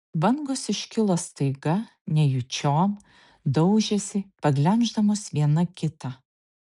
bangos iškilo staiga nejučiom daužėsi paglemždamos viena kitą